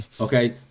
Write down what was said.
Okay